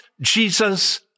Jesus